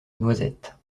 noisettes